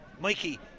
Mikey